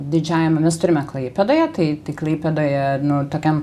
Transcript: didžiajame mes turime klaipėdoje tai tai klaipėdoje nu tokiam